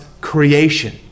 creation